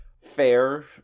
Fair